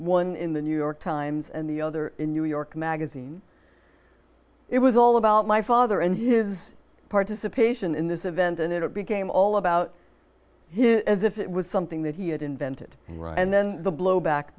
one in the new york times and the other in new york magazine it was all about my father and it is participation in this event and it became all about it as if it was something that he had invented and then the blowback